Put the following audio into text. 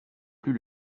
plus